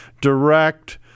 direct